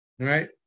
right